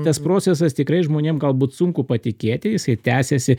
tas procesas tikrai žmonėm galbūt sunku patikėti jisai tęsiasi